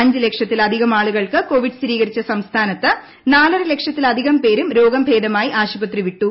അഞ്ച് ലക്ഷത്തിലധികം ആളുകൾക്ക് കോവിഡ് സ്ഥിരീകരിച്ച സംസ്ഥാനത്ത് നാലര ലക്ഷത്തിലധികം പേരും രോഗം ഭേദമായി ആശുപത്രി വിട്ടു